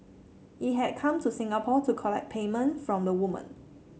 he had come to Singapore to collect payment from the woman